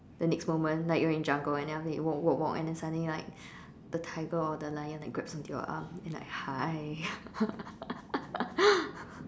the next moment like you're in jungle and then after you walk walk walk and then suddenly like a tiger or the lion like grabs on to your arm and like hi